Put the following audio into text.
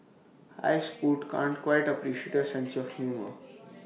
hi scoot can't quite appreciate your sense of humour